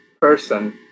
person